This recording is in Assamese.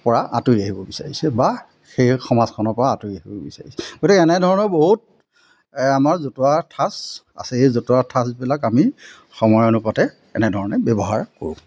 পৰা আঁতৰি আহিব বিচাৰিছে বা সেই সমাজখনৰ পৰা আঁতৰি আহিব বিচাৰিছে গতিকে এনেধৰণৰ বহুত আমাৰ জতুৱা ঠাঁচ আছে সেই জতুৱা ঠাঁচবিলাক আমি সময় অনুপাতে এনেধৰণে ব্যৱহাৰ কৰোঁ